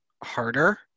harder